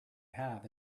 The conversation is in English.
have